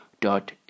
Dot